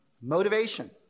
motivation